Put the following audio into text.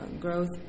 growth